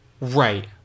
Right